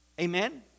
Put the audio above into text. Amen